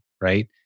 right